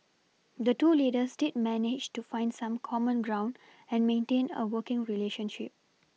the two leaders did manage to find some common ground and maintain a working relationship